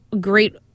great